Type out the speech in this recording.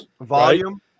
Volume